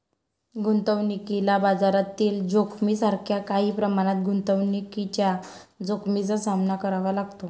गुंतवणुकीला बाजारातील जोखमीसारख्या काही प्रमाणात गुंतवणुकीच्या जोखमीचा सामना करावा लागतो